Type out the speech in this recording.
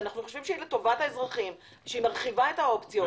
שאנחנו חושבים שהיא לטובת האזרחים ושהיא מרחיבה את האופציות.